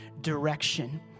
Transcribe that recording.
direction